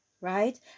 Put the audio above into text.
right